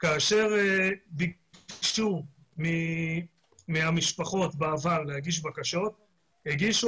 כאשר ביקשו מהמשפחות בעבר להגיש בקשות הגישו